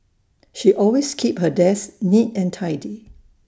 she always keeps her desk neat and tidy